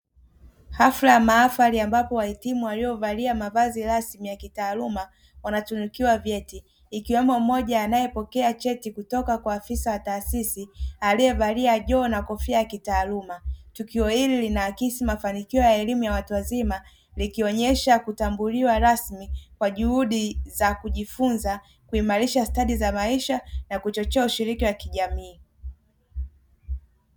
Hafla ya mahafali ambapo wahitimu waliovalia mavazi rasmi ya kitaaluma wanatunukiwa vyeti, ikiwemo mmoja anayepokea cheti kutoka kwa afisa wa taasisi aliyevalia joho na kofia ya kitaaluma, tukio hili linaakisi mafanikio ya elimu ya watu wazima likionyesha kutambuliwa rasmi kwa juhudi za kujifunza kuimarisha stadi za maisha na kuchochea ushiriki wa kijamii.